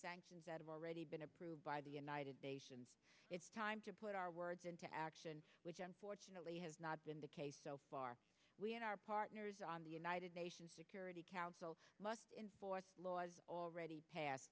sanctions that have already been approved by the united nations it's time to put our words into action which unfortunately has not been the case so far our partners on the united nations security council must enforce laws already